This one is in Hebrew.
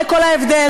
זה כל ההבדל.